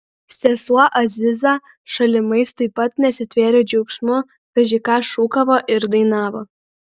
sesuo aziza šalimais taip pat nesitvėrė džiaugsmu kaži ką šūkavo ir dainavo